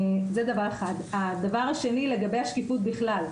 לגבי השקיפות בכלל.